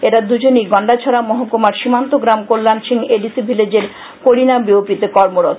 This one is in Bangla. এরা দুজনেই গন্ডাছড়া মহকুমার সীমান্ত গ্রাম কল্যাণ সিং এডিসি ভিলেজের করিনা বিওপি তে কর্মরত